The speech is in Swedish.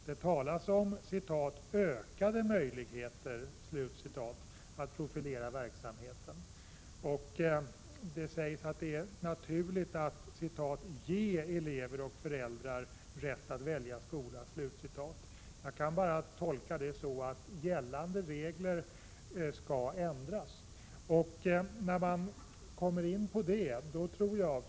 Det talas om ”ökade möjligheter” att profilera verksamheten. Det sägs att det är naturligt att ”ge elever och föräldrar rätt att välja skola”. Jag kan bara tolka det så att gällande regler skall ändras.